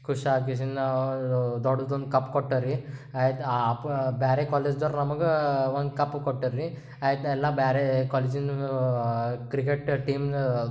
ಖುಷಿ ಆದ ಕೇಸಿಂದ ನಾವು ದೊಡ್ದೊಂದು ಕಪ್ ಕೊಟ್ಟರು ರಿ ಆಯ್ತು ಪ್ ಬೇರೆ ಕಾಲೇಜ್ದೊರು ನಮಗೆ ಒಂದು ಕಪ್ ಕೊಟ್ಟರು ರಿ ಆಯಿತಲ್ಲ ಬೇರೆ ಕಾಲೇಜಿನ ಕ್ರಿಕೆಟ್ ಟೀಮ್